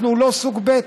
אנחנו לא סוג ב',